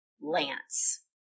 Lance